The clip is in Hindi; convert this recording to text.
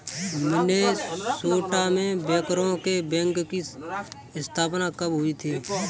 मिनेसोटा में बैंकरों के बैंक की स्थापना कब हुई थी?